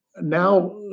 now